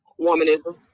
womanism